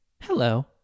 Hello